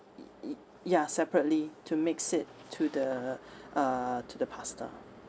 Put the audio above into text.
y~ y~ ya separately to mix it to the uh to the pasta